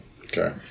Okay